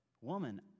woman